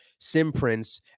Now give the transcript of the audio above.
simprints